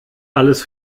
alles